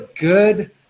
good